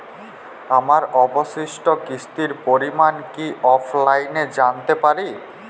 আমার অবশিষ্ট কিস্তির পরিমাণ কি অফলাইনে জানতে পারি?